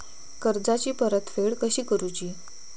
कर्जाची परतफेड कशी करूची?